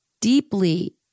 deeply